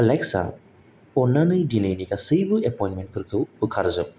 Alexa अननानै दिनैनि गासैबो एप'इन्टमेन्टफोरखौ बोखारजोब